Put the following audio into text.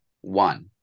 one